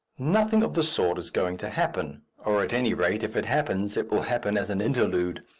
nothing of the sort is going to happen, or, at any rate, if it happens, it will happen as an interlude,